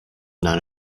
not